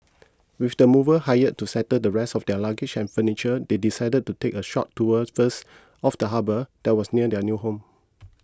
with the movers hired to settle the rest of their luggage and furniture they decided to take a short tour first of the harbour that was near their new home